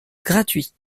gratuit